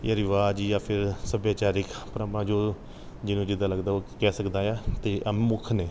ਜਾਂ ਰਿਵਾਜ਼ ਜਾਂ ਫਿਰ ਸੱਭਿਆਚਾਰਿਕ ਪ੍ਰੰਪਰਾ ਜੋ ਜਿਵੇਂ ਜਿੱਦਾਂ ਲੱਗਦਾ ਓ ਕਹਿ ਸਕਦਾ ਹੈ ਅਤੇ ਆਹ ਮੁੱਖ ਨੇ